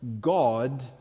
God